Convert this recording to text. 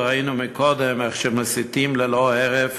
ראינו קודם איך שהם מסיתים ללא הרף